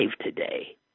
today